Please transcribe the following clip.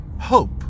hope